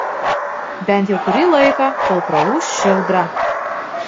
bent jau kurį laiką kol praūš ši audra